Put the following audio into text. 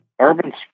urban